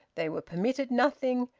they were permitted nothing,